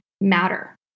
matter